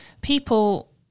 people